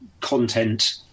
content